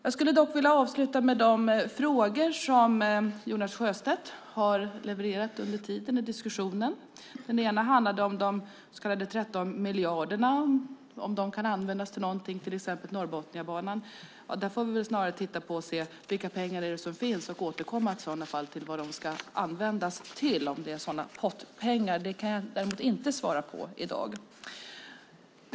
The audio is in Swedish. Jag skulle vilja avsluta med de frågor som Jonas Sjöstedt har levererat under diskussionen. En fråga handlade om de så kallade 13 miljarderna och om de kan användas till någonting, till exempel Norrbotniabanan. Där får vi väl snarare se över vilka pengar som finns och i så fall återkomma till vad de ska användas till. Om det är pottpengar kan jag däremot inte svara på i dag.